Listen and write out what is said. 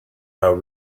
how